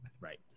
Right